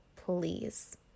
please